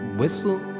whistle